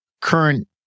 current